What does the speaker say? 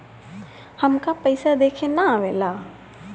हमका पइसा देखे ना आवेला?